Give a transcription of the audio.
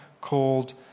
called